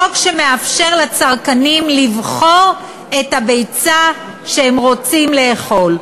חוק שמאפשר לצרכנים לבחור את הביצה שהם רוצים לאכול.